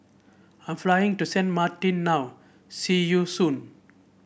I am flying to Sint Maarten now see you soon